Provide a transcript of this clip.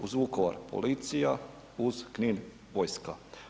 Uz Vukovar policija, uz Knin vojska.